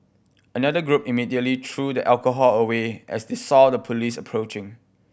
another group immediately threw the alcohol away as they saw the police approaching